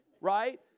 Right